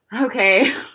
Okay